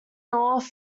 north